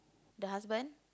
the husband